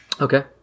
Okay